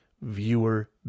viewer